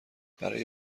برای